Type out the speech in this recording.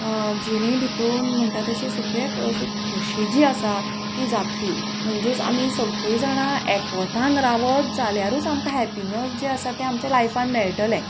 जिणे भितून म्हणटा तशी सगळे अशी खोशी जी आसा ती जातली म्हणजेच आमी सगळी जाणां एकवटान रावत जाल्यारूच आमकां हॅपिनेस जे आसा तें आमच्या लायफान मेळटलें